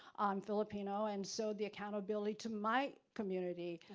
i'm filipino, and so the accountability to my community,